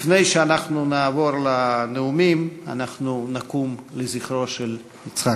לפני שנעבור לנאומים, אנחנו נקום לזכרו של יצחק.